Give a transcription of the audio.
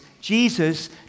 Jesus